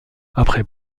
après